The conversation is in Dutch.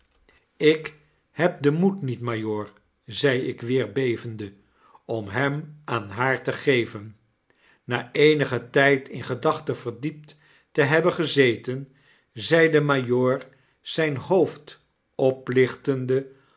jk heb den moed niet majoor zei ikweer bevende om hem aan haar te geven na eenigen tyd in gedachten verdiept te hebben gezeten zei de majoor zyn hoofd oplichtende